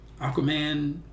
Aquaman